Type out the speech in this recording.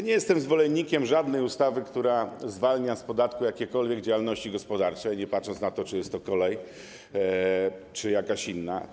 Nie jestem zwolennikiem żadnej ustawy, która zwalnia z podatku jakiekolwiek działalności gospodarcze, nie patrząc na to, czy jest to kolej, czy jakaś inna.